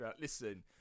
Listen